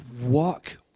walk